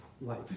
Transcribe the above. life